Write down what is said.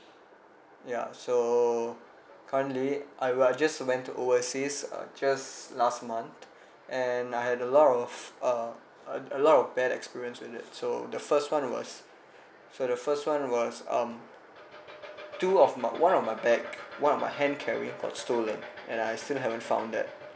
ya so currently I will I just went to overseas uh just last month and I had a lot of uh a lot of bad experience with it so the first one was so the first one was um two of my one of my bag one of my hand carry got stolen and I still haven't found that